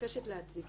מבקשת להציג